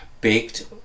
baked